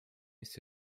jest